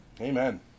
Amen